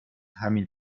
همین